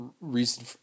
reason